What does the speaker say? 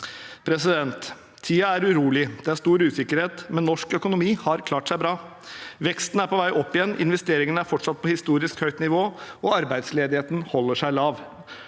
lever i en urolig tid. Det er stor usikkerhet, men norsk økonomi har klart seg bra. Veksten er på vei opp igjen, investeringene er fortsatt på historisk høyt nivå, og arbeidsledigheten holder seg lav.